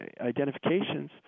identifications